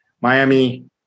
Miami